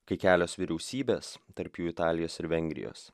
kai kelios vyriausybės tarp jų italijos ir vengrijos